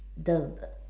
the